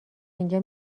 اینجا